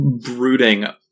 brooding